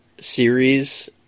series